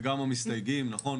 וגם המסתייגים, נכון.